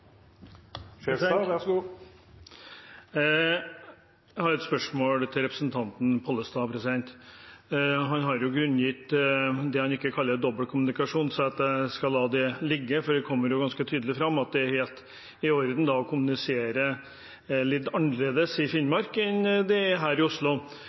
Jeg har et spørsmål til representanten Pollestad. Han har grunngitt det han ikke kaller dobbeltkommunikasjon, så jeg skal la det ligge, for det kommer ganske tydelig fram at det er helt i orden å kommunisere litt annerledes i Finnmark enn det er her i Oslo.